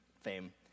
fame